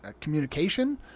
communication